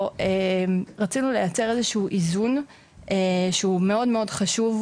רצינו לייצר איזשהו איזון שהוא מאוד מאוד חשוב,